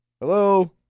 Hello